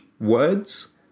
words